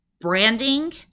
branding